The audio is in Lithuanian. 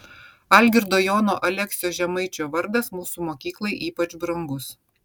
algirdo jono aleksio žemaičio vardas mūsų mokyklai ypač brangus